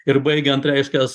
ir baigiant reiškias